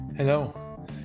Hello